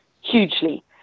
hugely